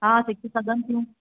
हा सिखी सघनि थियूं